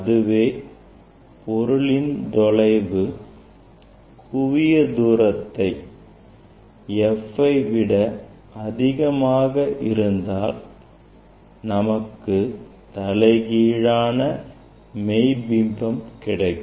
அதுவே பொருளின் தொலைவு குவியத்தூரத்தை f விட அதிகமாக இருந்தால் நமக்கு தலைகீழான மெய்பிம்பம் கிடைக்கும்